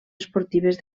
esportives